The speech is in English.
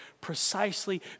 precisely